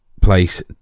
place